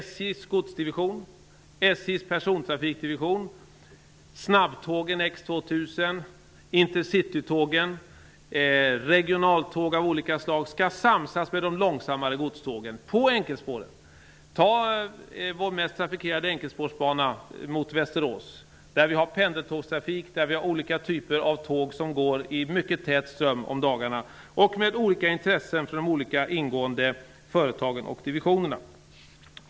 SJ:s godsdivision, SJ:s persontrafikdivision, snabbtågen X 2000, intercitytågen och de olika regionaltågen skall samsas med de långsammare godstågen på enkelspåren. Tag vår mest trafikerade enkelspårsbana mot Västerås som exempel. Där har vi pendeltågstrafik och olika typer av tåg som går i mycket tät ström om dagarna. Och de olika ingående företagen och divisionerna har olika intressen.